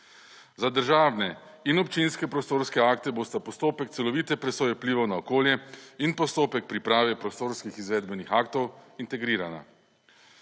Za državne in občinske prostorske akte bosta postopek celovite presoje vplivov na okolje in postopek priprave prostorskih izvedbenih aktov integrirana.